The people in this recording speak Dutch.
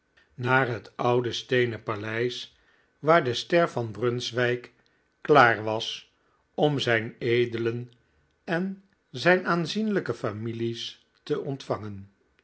naar het oude steenen paleis waar de ster van brunswijk klaar was om zijn edelen en zijn aanzienlijke families te ontvangen